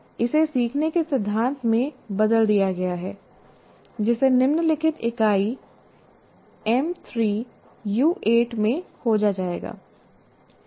इसे सीखने के सिद्धांत में बदल दिया गया है जिसे निम्नलिखित इकाई एम3यू8 में खोजा जाएगा